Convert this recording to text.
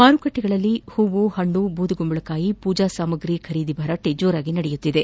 ಮಾರುಕಟ್ಟೆಗಳಲ್ಲಿ ಹೂವು ಪಣ್ಣು ಬೂದು ಗುಂಬಳ ಕಾಯಿ ಪೂಜಾ ಸಾಮಾಗ್ರಿಗಳ ಖರೀದಿ ಭರಾಟೆ ಜೋರಾಗಿ ನಡೆಯುತ್ತಿದೆ